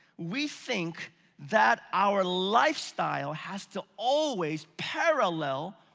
we think that our lifestyle has to always parallel,